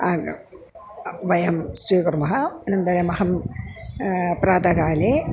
आग वयं स्वीकुर्मः अनन्तरमहं प्रातःकाले